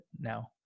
now